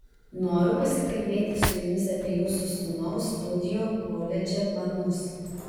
noriu pasikalbėti su jumis apie jūsų sūnaus studijų koledže planus